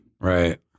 Right